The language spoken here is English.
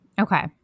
Okay